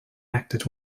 acted